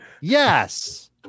Yes